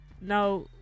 now